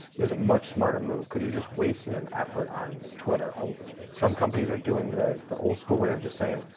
is a much smarter move. you're just wasting an effort on twitter. ah some companies are doing the the old school way of just saying,